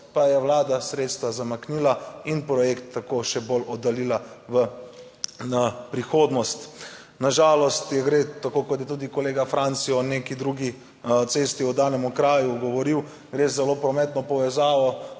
pa je vlada sredstva zamaknila in projekt tako še bolj oddaljila v prihodnost. Na žalost gre tako kot je tudi kolega Franci, o neki drugi cesti oddaljenem kraju govoril, gre za zelo prometno povezavo,